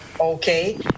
Okay